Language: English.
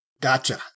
Gotcha